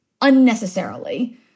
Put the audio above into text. unnecessarily